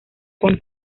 con